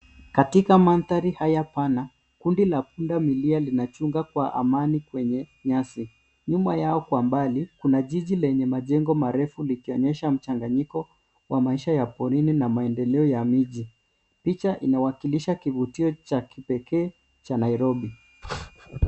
Katika mandhari haya pana, kundi la pundamilia linachunga kwa amani kwenye nyasi. Nyuma yao kwa mbali, kuna jiji lenye majengo marefu likionyesha mchanganyiko wa maisha ya porini na maendeleo ya miji. Picha inawakilisha kivutio cha kipekee cha Nairobi.